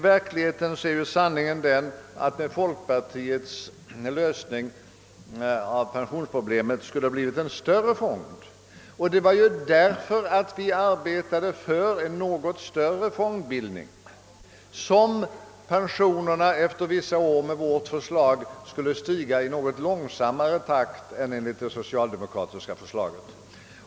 Sanningen är i stället den, att med folkpartiets lösning av pensionsproblemet skulle fonden blivit större. Det var för att vi arbetade för ett system med något större fondbildning som pensionerna efter vissa år enligt vårt förslag skulle stiga i något lång sammare takt än enligt det socialdemokratiska förslaget.